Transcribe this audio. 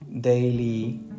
daily